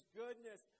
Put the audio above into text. goodness